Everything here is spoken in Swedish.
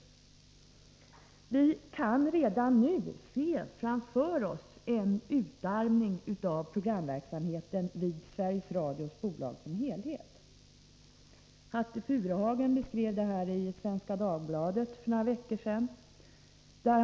Vi kan redan nu se framför oss en utarmning av programverksamheten vid Sveriges Radios bolag som helhet. Hatte Furuhagen beskrev detta i Svenska Dagbladet för några veckor sedan.